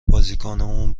بازیکنامون